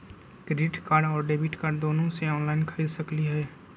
Credit card और debit card दोनों से ऑनलाइन खरीद सकली ह?